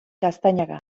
gaztañaga